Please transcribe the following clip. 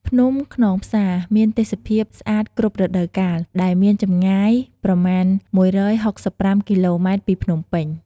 ភ្នំខ្នងផ្សា មានទេសភាពស្អាតគ្រប់រដូវកាល ដែលមានចម្ងាយប្រមាណ១៦៥គីឡូម៉ែត្រពីភ្នំពេញ។